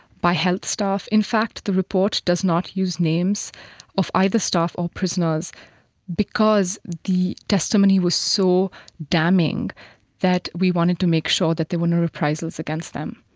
by health staff. in fact the report does not use names of either staff or prisoners because the testimony was so damning that we wanted to make sure that there were no reprisals against them.